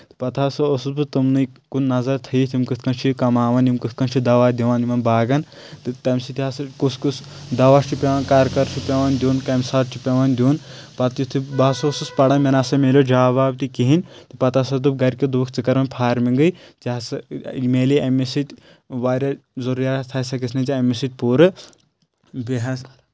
پتہٕ ہسا اوسُس بہٕ تٔمنٕے کُن نظر تھٲیِتھ یِم کِتھۍ کٔنۍ چھِ کماوان یِم کتھۍ کٔنۍ چھِ دوہ دِوان یِمن باغن تہٕ تَمہِ سۭتۍ ہسا کُس کُس دۄہ چھُ پؠوان کر کر چھُ پؠوان دیُن کمہِ ساتہٕ چھُ پؠوان دیُن پتہٕ یُتھُے بہٕ ہسا اوسُس پران مےٚ نسا ملیو جاب تہِ کِہیٖنۍ تہٕ پتہٕ ہسا دوٚپ گرِکہِ دوٚپُکھ ژٕ کر وۄنۍ فارمِنٛگٕے ژےٚ ہسا مِلے امہِ سۭتۍ واریاہ ضروٗریات ہسا گژھِ نہٕ ژےٚ امہِ سۭتۍ پوٗرٕ بیٚیہِ حظ